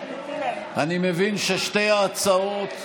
אני מבין ששתי ההצעות,